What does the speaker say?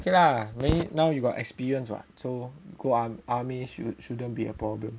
okay lah maybe now you got experience [what] so army should shouldn't be a problem